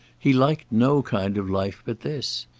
he liked no kind of life but this.